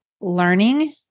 learning